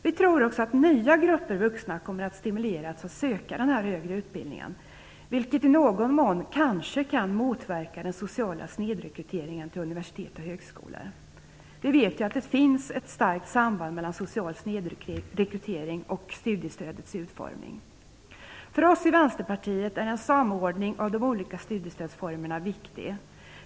Vi tror också att nya grupper vuxna kommer att stimuleras att söka den här utbildningen, vilket i någon mån kanske kan motverka den sociala snedrekryteringen till universitet och högskolor. Vi vet ju att det finns ett starkt samband mellan social snedrekrytering och studiestödets utformning. För oss i Vänsterpartiet är en samordning av de olika studiestödsformerna viktig.